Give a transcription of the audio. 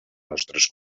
nostres